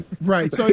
Right